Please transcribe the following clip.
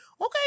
okay